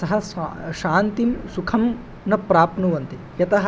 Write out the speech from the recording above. सः स्वा शान्तिं सुखं न प्राप्नुवन्ति यतः